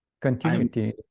Continuity